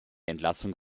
entlassung